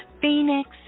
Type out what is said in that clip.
Phoenix